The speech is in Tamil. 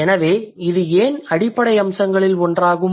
எனவே இது ஏன் அடிப்படை அம்சங்களில் ஒன்றாகும்